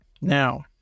Now